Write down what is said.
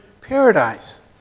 paradise